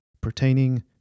pertaining